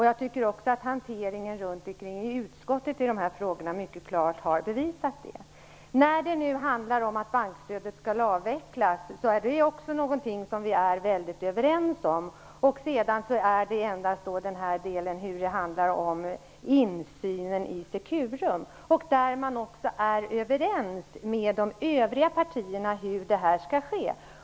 Jag tycker också att hanteringen i utskotten mycket klart har bevisat det. När det nu handlar om att bankstödet skall avvecklas är det också något som vi är överens om. När det handlar om insynen i Securum är man också överens med de övriga partierna om hur det skall ske.